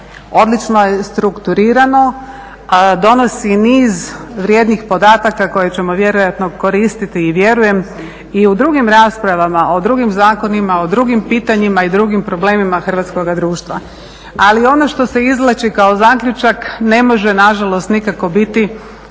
odlično je strukturirano, donosi niz vrijednih podataka koje ćemo vjerojatno koristiti vjerujem i u drugim raspravama o drugim zakonima, o drugim pitanjima i drugim problemima hrvatskoga društva. Ali ono što se izvlači kao zaključak ne može nažalost nikako biti